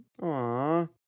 Aww